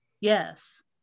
Yes